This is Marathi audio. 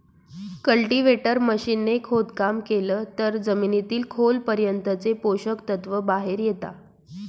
कल्टीव्हेटर मशीन ने खोदकाम केलं तर जमिनीतील खोल पर्यंतचे पोषक तत्व बाहेर येता